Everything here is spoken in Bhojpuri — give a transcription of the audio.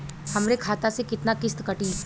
हमरे खाता से कितना किस्त कटी?